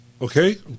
Okay